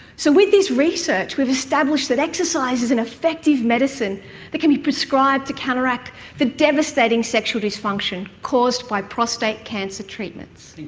so with this research we've established that exercise is an effective medicine that can be prescribed to counteract the devastating sexual dysfunction caused by prostate cancer treatments. prue